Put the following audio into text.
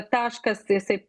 taškas jisai